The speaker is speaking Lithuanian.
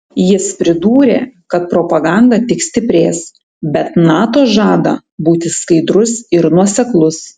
jis pridūrė kad propaganda tik stiprės bet nato žada būti skaidrus ir nuoseklus